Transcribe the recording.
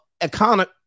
economic